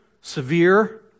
severe